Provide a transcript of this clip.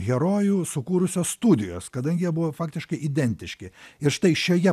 herojų sukūrusios studijos kadangi jie buvo faktiškai identiški ir štai šioje